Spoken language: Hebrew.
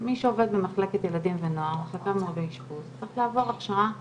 מי שעובד במחלקת ילדים ונוער צריך לעבור הכשרה בסיסית,